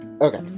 okay